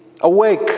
awake